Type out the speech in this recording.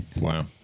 Wow